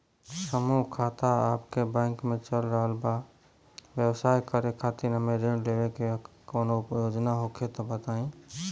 समूह खाता आपके बैंक मे चल रहल बा ब्यवसाय करे खातिर हमे ऋण लेवे के कौनो योजना होखे त बताई?